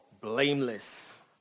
blameless